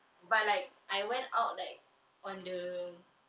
but like I went out like on the